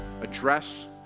Address